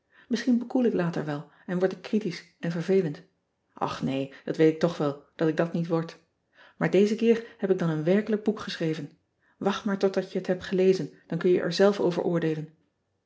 isschien bekoel ik later wel en word ik kritisch en vervelend ch nee dat weet ik toch wel dat ik dat niet word aar dezen keer heb ik dan een werkelijk boek geschreven acht maar totdat je het hebt gelezen dan kun je er zelf over oordeelen